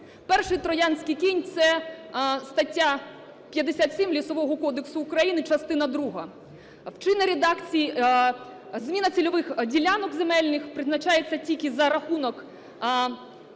Перший "троянський кінь" – це стаття 57 Лісового кодексу України, частина друга. В чинній редакції зміна цільових ділянок земельних призначається тільки за рахунок